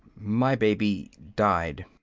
my baby died,